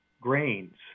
grains